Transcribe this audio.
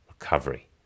recovery